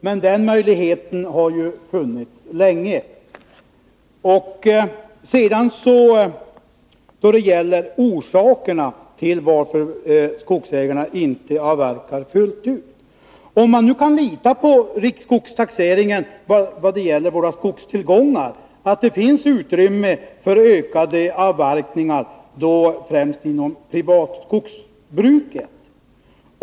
Men den möjligheten har ju funnits länge. Sedan till orsakerna till att skogsägarna inte avverkar fullt ut. Om man kan lita på riksskogstaxeringen i vad gäller våra skogstillgångar, finns det utrymme för ökade avverkningar, främst inom det privata skogsbruket.